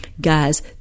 Guys